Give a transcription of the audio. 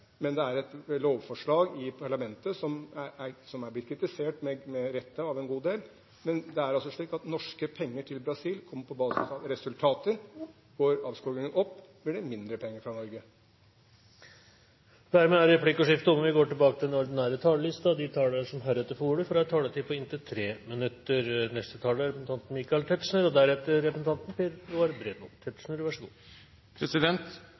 men det er et lovforslag i parlamentet som er blitt kritisert – med rette – av en god del, men det er slik at norske penger til Brasil kommer på basis av resultater. Går avskogingen opp, blir det mindre penger fra Norge. Dermed er replikkordskiftet omme. De talere som heretter får ordet, får en taletid på inntil 3 minutter. Vårt forsvar må være tilpasset det som er en realistisk bedømmelse av Norges sikkerhetspolitiske utfordringer. Nedbygging av skillet mellom øst og